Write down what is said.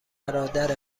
برادر